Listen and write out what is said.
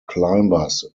climbers